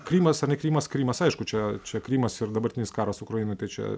krymas ar ne krymas krymas aišku čia čia krymas ir dabartinis karas ukrainoj tai čia